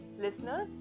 listeners